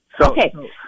Okay